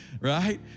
Right